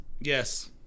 Yes